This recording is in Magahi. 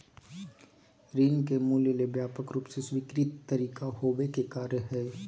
ऋण के मूल्य ले व्यापक रूप से स्वीकृत तरीका होबो के कार्य हइ